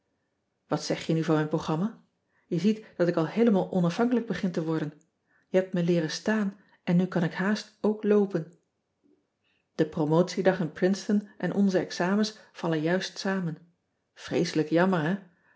at zeg je nu van mijn programma e ziet dat ik al heelemaal onafhankelijk begin te worden ij hebt me leeren staan en nu kan ik haast ook loopen e promotiedag in rinceton en onze examens vallen juist samen reeselijk jammer